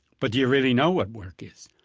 but do you really know what work is?